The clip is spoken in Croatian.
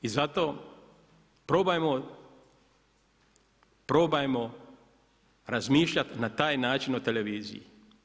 I zato probajmo razmišljati na taj način o Televiziji.